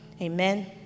Amen